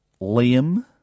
Liam